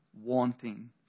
wanting